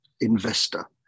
investor